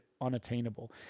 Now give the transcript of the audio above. unattainable